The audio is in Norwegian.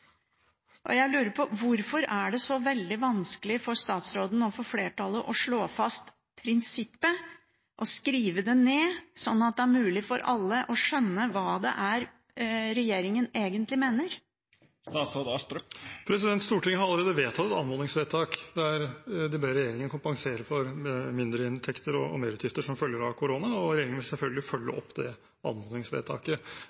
Jeg lurer på: Hvorfor er det så veldig vanskelig for statsråden og for flertallet å slå fast prinsippet og skrive det ned sånn at det er mulig for alle å skjønne hva regjeringen egentlig mener? Stortinget har allerede vedtatt et anmodningsvedtak der de ber regjeringen kompensere for mindreinntekter og merutgifter som følge av korona, og regjeringen vil selvfølgelig